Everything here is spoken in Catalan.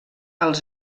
als